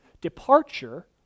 departure